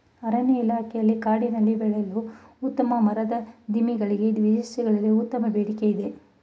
ಅರಣ್ಯ ಇಲಾಖೆಯಲ್ಲಿ ಕಾಡಿನಲ್ಲಿ ಬೆಳೆಯೂ ಉತ್ತಮ ಮರದ ದಿಮ್ಮಿ ಗಳಿಗೆ ವಿದೇಶಗಳಲ್ಲಿ ಉತ್ತಮ ಬೇಡಿಕೆ ಇದೆ